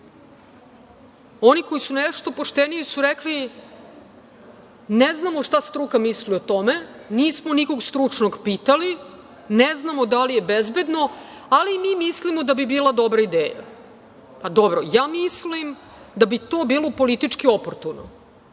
Oni koji su nešto pošteniji su rekli - ne znamo šta struka misli o tome, nismo nikog stručnog pitali, ne znamo da li je bezbedno, ali mi mislimo da bi bila dobra ideja. Dobro, ja mislim da bi to bilo politički oportuno.